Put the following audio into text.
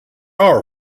our